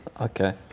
Okay